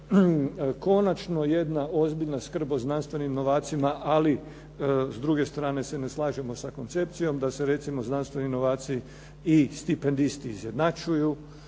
konačno jedna ozbiljna skrb o znanstvenim novacima, ali s druge strane se ne slažemo sa koncepcijom da se recimo znanstveni novaci i stipendisti izjednačuju.